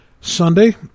Sunday